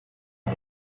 can